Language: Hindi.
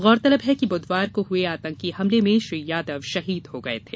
गौरतलब है कि बुधवार को हए आतंकी हमले में श्री यादव शहीद हो गये थे